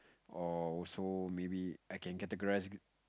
or also maybe I can categorize